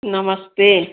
नमस्ते